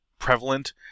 prevalent